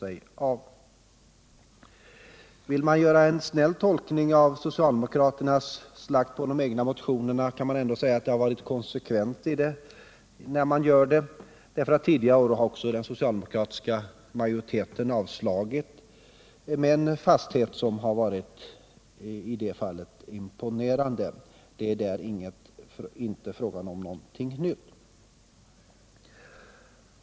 Om jag skall göra en snäll tolkning av socialdemokraternas slakt på de egna motionerna kan jag säga att de har varit konsekventa. Tidigare har socialdemokraterna i majoritetsställning avstyrkt samma slags motioner med en fasthet som varit imponerande. Det är alltså inte frågan om någonting nytt.